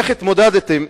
איך התמודדתם,